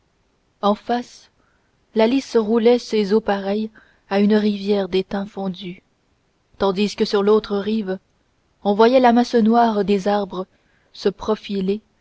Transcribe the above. en face la lys roulait ses eaux pareilles à une rivière d'étain fondu tandis que sur l'autre rive on voyait la masse noire des arbres se profiler